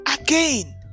again